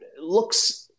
looks